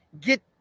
get